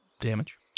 Damage